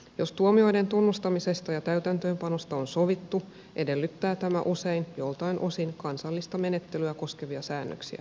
jos tuomioiden tunnustamisesta ja täytäntöönpanosta on sovittu edellyttää tämä usein joltain osin kansallista menettelyä koskevia säännöksiä